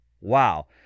wow